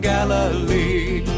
Galilee